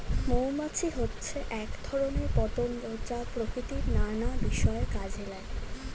মৌমাছি হচ্ছে এক ধরনের পতঙ্গ যা প্রকৃতির নানা বিষয়ে কাজে লাগে